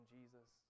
Jesus